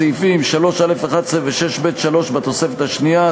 סעיפים 3(א)(11) ו-6(ב)(3) בתוספת השנייה,